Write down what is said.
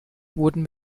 wurden